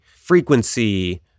frequency